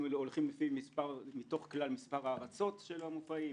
הולכים מתוך כלל מספר ההרצות של המופעים,